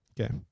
Okay